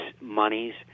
monies